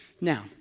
Now